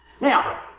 Now